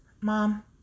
Mom